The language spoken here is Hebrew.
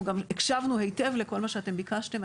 אנחנו גם הקשבנו היטב לכל מה שאתם ביקשתם,